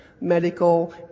medical